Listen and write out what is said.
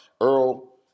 Earl